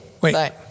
Wait